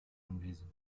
anwesend